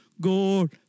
God